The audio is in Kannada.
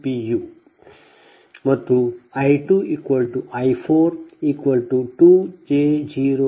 u ಮತ್ತು I 2 I 4 2 j0